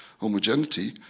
homogeneity